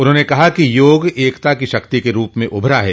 उन्होंने कहा कि योग एकता की शक्ति के रूप में उभरा है